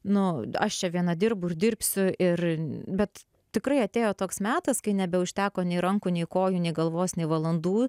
nu aš čia viena dirbu ir dirbsiu ir bet tikrai atėjo toks metas kai nebeužteko nei rankų nei kojų nė galvos nei valandų